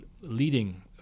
leading